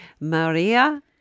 Maria